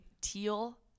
teal